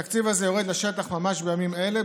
התקציב הזה יורד לשטח ממש בימים אלה,